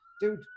dude